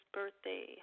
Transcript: birthday